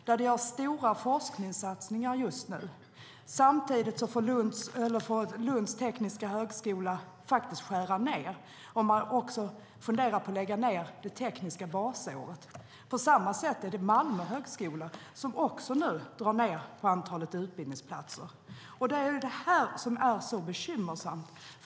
Just nu görs stora forskningssatsningar, och samtidigt får Lunds tekniska högskola skära ned. Man funderar bland annat på att lägga ned det tekniska basåret. På samma sätt är det med Malmö högskola, som också drar ned på antalet utbildningsplatser. Det är det som är så bekymmersamt.